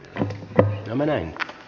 hot kymmenen e